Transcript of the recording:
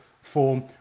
form